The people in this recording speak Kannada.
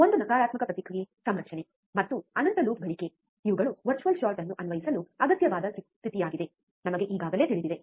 ಒಂದು ನಕಾರಾತ್ಮಕ ಪ್ರತಿಕ್ರಿಯೆ ಸಂರಚನೆ ಮತ್ತು ಅನಂತ ಲೂಪ್ ಗಳಿಕೆ ಇವುಗಳು ವರ್ಚುವಲ್ ಶಾರ್ಟ್ ಅನ್ನು ಅನ್ವಯಿಸಲು ಅಗತ್ಯವಾದ ಸ್ಥಿತಿಯಾಗಿದೆ ನಮಗೆ ಈಗಾಗಲೇ ತಿಳಿದಿದೆ